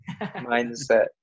mindset